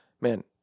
man